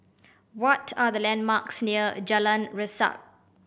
what are the landmarks near Jalan Resak